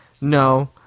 no